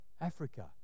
Africa